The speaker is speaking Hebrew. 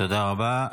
תודה רבה.